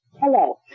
hello